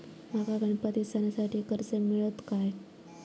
माका गणपती सणासाठी कर्ज मिळत काय?